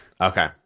okay